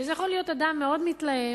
וזה יכול להיות אדם מאוד מתלהם,